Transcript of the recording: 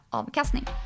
avkastning